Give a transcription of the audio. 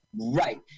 Right